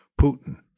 putin